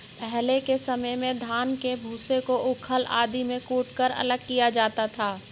पहले के समय में धान के भूसे को ऊखल आदि में कूटकर अलग किया जाता था